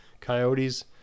coyotes